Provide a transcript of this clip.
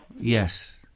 Yes